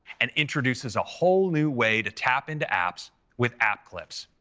and introduces a whole new way to tap into apps with app clips.